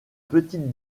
petite